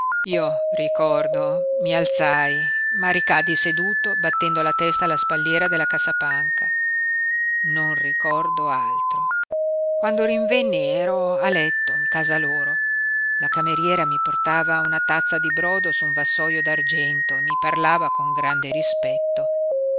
io ricordo mi alzai ma ricaddi seduto battendo la testa alla spalliera della cassapanca non ricordo altro quando rinvenni ero a letto in casa loro la cameriera mi portava una tazza di brodo su un vassoio d'argento e mi parlava con grande rispetto